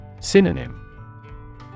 Synonym